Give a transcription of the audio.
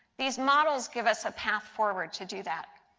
these models give us a path forward to do that.